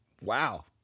Wow